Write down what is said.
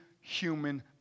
human